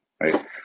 right